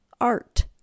art